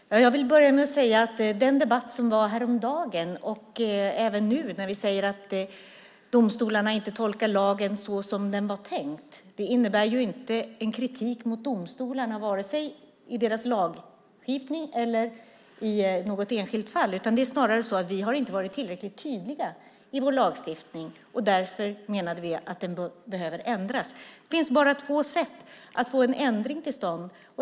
Herr talman! Jag vill börja med att säga att den debatt som var häromdagen och även nu när vi säger att domstolarna inte tolkar lagen såsom den var tänkt inte innebär en kritik mot domstolarna vare sig i deras lagskipning eller i något enskilt fall. Det är snarare så att vi inte har varit tillräckligt tydliga i vår lagstiftning. Därför menade vi att den behöver ändras. Det finns bara två sätt att få en ändring till stånd.